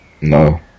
no